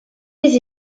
des